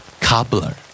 Cobbler